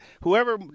Whoever